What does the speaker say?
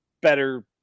better